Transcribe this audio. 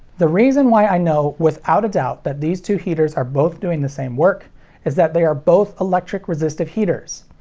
the reason why i know without a doubt that these two heaters are both doing the same work is that they are both electric resistive heaters.